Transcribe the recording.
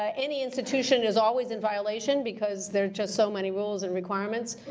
um any institution is always in violation, because there are just so many rules and requirements,